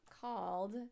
called